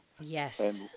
Yes